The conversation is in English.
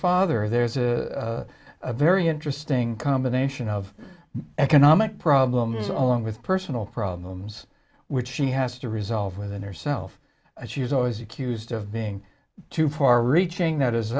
father there's a very interesting combination of economic problems along with personal problems which she has to resolve within herself and she's always accused of being too far reaching that